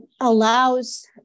allows